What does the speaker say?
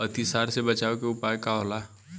अतिसार से बचाव के उपाय का होला?